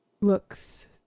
looks